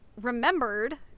remembered